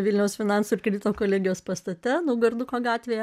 vilniaus finansų ir kredito kolegijos pastate naugarduko gatvėje